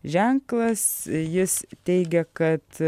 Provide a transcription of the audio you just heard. ženklas jis teigia kad